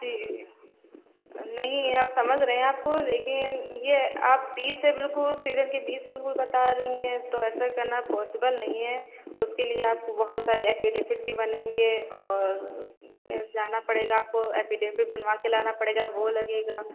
जी नहीं हम समझ रहे हैं आपको लेकिन ये आप बीच से बिल्कुल सीज़न के बीच से बिल्कुल बता रहीं हैं तो ऐसा करना पॉसिबल नहीं है उसके लिए आपको बहुत सारी एफ़िडेफ़िट भी बनेंगे और ए जाना पड़ेगा आपको एफ़िडेफ़िट बनवा के लाना पड़ेगा वो लगेगा